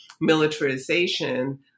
militarization